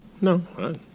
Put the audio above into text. No